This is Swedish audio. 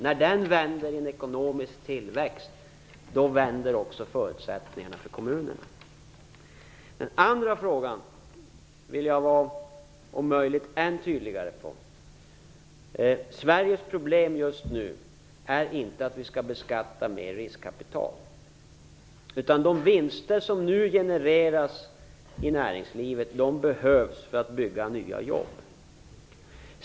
När den vänder, och det blir en ekonomisk tillväxt, ändras också förutsättningarna för kommunerna. När det gäller den andra frågan vill jag om möjligt vara ännu tydligare. Sveriges problem innebär inte att riskkapitalet skall beskattas mer. De vinster som nu genereras i näringslivet behövs för att skapa nya jobb.